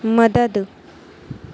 مدد